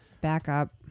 Backup